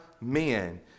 men